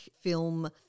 film